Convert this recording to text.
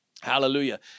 Hallelujah